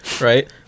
Right